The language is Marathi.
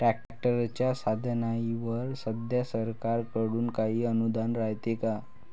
ट्रॅक्टरच्या साधनाईवर सध्या सरकार कडून काही अनुदान रायते का?